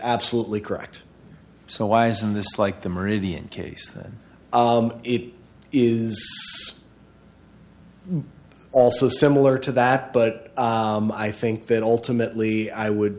absolutely correct so why isn't this like the meridian case that it is also similar to that but i think that ultimately i would